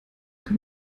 kann